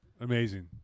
Amazing